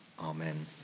amen